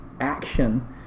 action